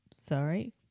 Sorry